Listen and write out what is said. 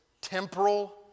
temporal